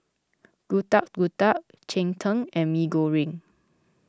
Getuk Getuk Cheng Tng and Mee Goreng